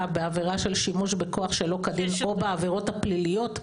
בעבירה של שימוש בכוח שלא כדין או בעבירות הפליליות,